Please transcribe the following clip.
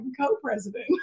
co-president